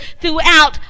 throughout